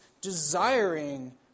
desiring